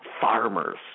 farmers